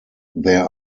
there